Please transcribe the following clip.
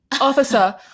officer